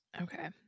Okay